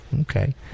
Okay